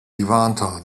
levanter